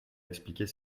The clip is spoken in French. expliquer